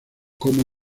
como